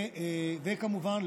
וכמובן,